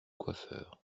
coiffeurs